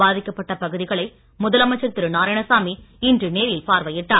பாதிக்கப்பட்ட பகுதிகளை முதலமைச்சர் திரு நாராயணசாமி இன்று நேரில் பார்வையிட்டார்